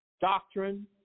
doctrine